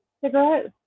cigarettes